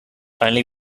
only